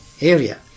area